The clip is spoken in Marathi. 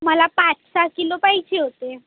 मला पाच सहा किलो पाहिजे होते